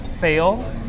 fail